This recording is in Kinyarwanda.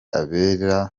abere